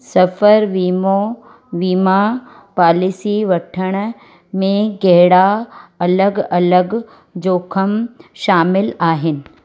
सफ़रु वीमो वीमा पॉलिसी वठण में कहिड़ा अलॻि अलॻि जोखिम शामिलु आहिनि